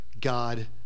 God